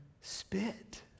spit